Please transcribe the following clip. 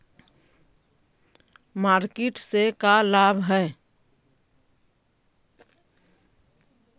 Market से का लाभ है?